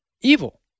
evil